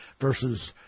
versus